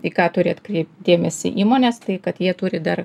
į ką turi atkreipt dėmesį įmonės tai kad jie turi dar